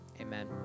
amen